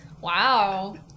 Wow